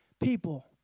People